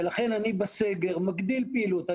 לכן אני בסגר מגדיל פעילות.